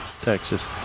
texas